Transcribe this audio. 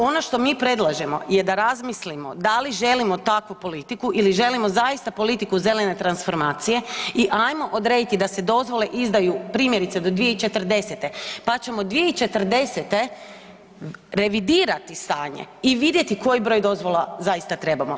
Ono što mi predlažemo je da razmislimo da li želimo takvu politiku ili želimo zaista politiku zelene transformacije i ajmo odrediti da se dozvole izdaju, primjerice, do 2040. pa ćemo 2040. revidirati stanje i vidjeti koji broj dozvola zaista trebamo.